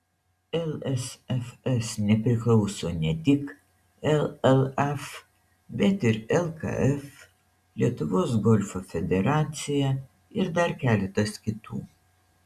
lsfs nepriklauso ne tik llaf bet ir lkf lietuvos golfo federacija ir dar keletas kitų